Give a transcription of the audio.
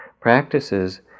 practices